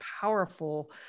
powerful